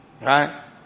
Right